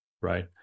right